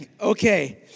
Okay